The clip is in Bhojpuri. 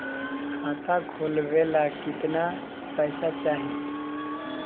खाता खोलबे ला कितना पैसा चाही?